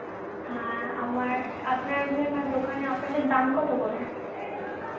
হ্যাঁ আমার আপনাদের মানে দোকানে আপেলের দাম কতো করে